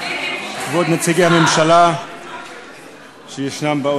כבוד נציגי הממשלה באולם,